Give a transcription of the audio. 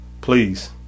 please